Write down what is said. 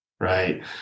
Right